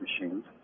machines